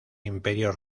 imperio